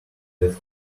that